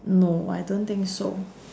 no I don't think so